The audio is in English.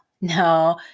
no